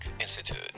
Institute